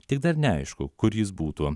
tik dar neaišku kur jis būtų